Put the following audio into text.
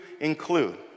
include